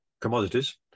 commodities